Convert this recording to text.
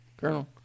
Colonel